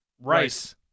Rice